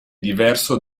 diverso